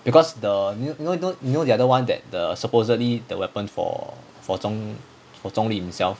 because the you know you know you know the other [one] that the supposedly the weapon for for zhong for zhong li himself